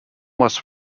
was